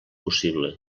possible